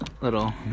little